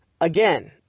again